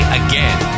again